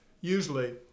usually